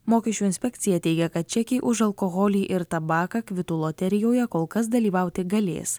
mokesčių inspekcija teigia kad čekiai už alkoholį ir tabaką kvitų loterijoje kol kas dalyvauti galės